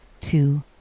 two